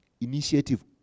initiative